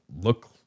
look